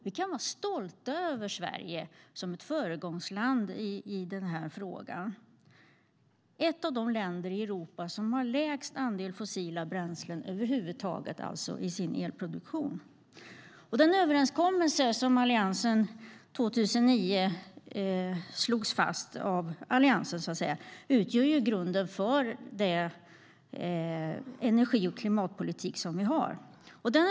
Vi kan vara stolta över Sverige som ett föregångsland i den här frågan. Sverige är ett av de länder i Europa som har lägst andel fossila bränslen över huvud taget i sin elproduktion. Den överenskommelse som slogs fast av Alliansen 2009 utgör grunden för den energi och klimatpolitik vi har.